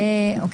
(1)